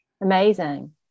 Amazing